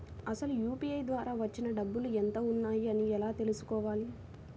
అసలు యూ.పీ.ఐ ద్వార వచ్చిన డబ్బులు ఎంత వున్నాయి అని ఎలా తెలుసుకోవాలి?